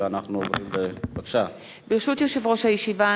ברשות יושב-ראש הישיבה,